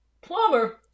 plumber